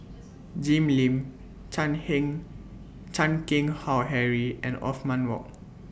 Jim Lim Chan Chan Keng Howe Harry and Othman Wok